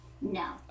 No